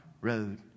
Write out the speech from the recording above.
road